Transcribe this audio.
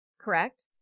correct